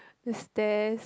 the stairs